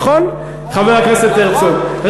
נכון, חבר הכנסת הרצוג?